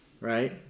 right